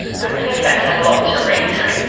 but fairfax had a lot to risk?